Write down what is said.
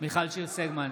מיכל שיר סגמן,